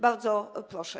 Bardzo proszę.